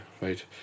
right